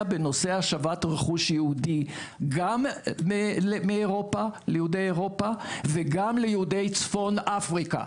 בנושא השבת רכוש יהודי גם ליהודי אירופה וגם ליהודי צפון אפריקה.